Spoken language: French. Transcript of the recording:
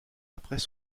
après